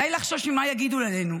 די לחשוש ממה יגידו עלינו.